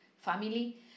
family